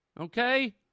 Okay